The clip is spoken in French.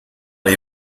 les